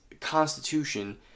constitution